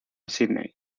sídney